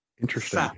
Interesting